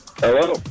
Hello